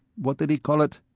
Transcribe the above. what did he call it.